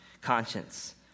conscience